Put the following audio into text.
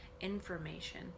information